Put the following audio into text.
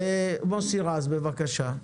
חה"כ מוסי רז, בבקשה.